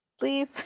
Leave